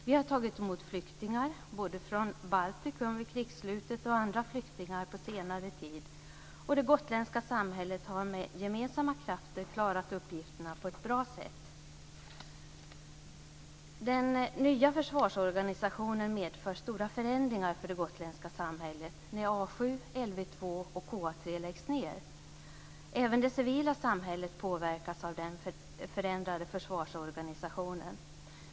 Vi har tagit emot flyktingar från Baltikum vid krigsslutet och andra flyktingar på senare tid, och det gotländska samhället har med gemensamma krafter klarat uppgifterna på ett bra sätt. och KA 3 läggs ned. Även det civila samhället påverkas av den förändrade försvarsorganisationen.